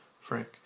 Frank